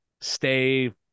stay